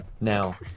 Now